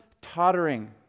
tottering